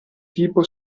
tipo